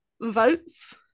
votes